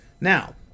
Now